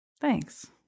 Thanks